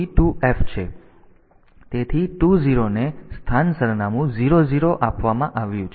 તેથી 20 ને સ્થાન સરનામું 00 આપવામાં આવ્યું છે